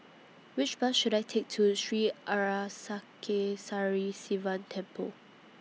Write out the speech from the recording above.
Which Bus should I Take to Sri Arasakesari Sivan Temple